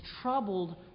troubled